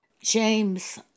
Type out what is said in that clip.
James